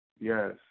Yes